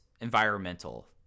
environmental